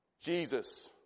Jesus